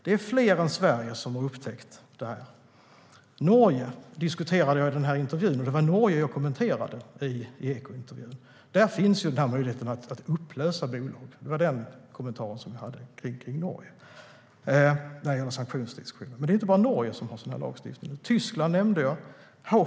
Det är i fler länder än Sverige där man har upptäckt detta. Norge diskuterade jag i intervjun, och det var Norge jag kommenterade i intervjun i Ekot . Där finns möjligheten att upplösa bolag - det var den kommentaren som jag hade kring Norge när det gällde diskussionen om sanktioner. Men det är inte bara Norge som har sådan lagstiftning. Tyskland nämnde jag.